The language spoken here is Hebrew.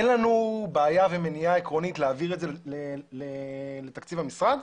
אין לנו בעיה ומניעה עקרונית להעביר את זה לתקציב המשרד,